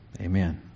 Amen